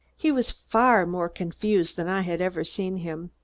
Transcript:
he was far more confused than i had ever seen him.